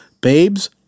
babes